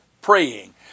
praying